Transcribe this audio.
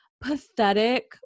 pathetic